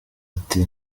ati